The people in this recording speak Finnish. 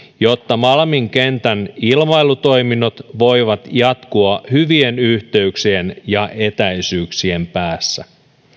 jotta malmin kentän ilmailutoiminnot voivat jatkua hyvien yhteyksien ja etäisyyksien päässä